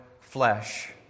flesh